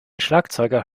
schlagzeuger